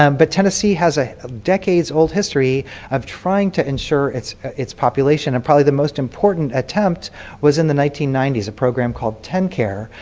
um but tennessee has ah decades old history of trying to insure its its population. and probably the most important intent was in the nineteen ninety s, a program called tenncare,